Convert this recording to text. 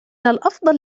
الأفضل